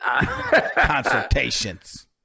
consultations